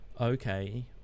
okay